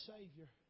savior